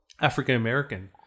African-American